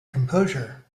composure